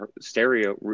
stereo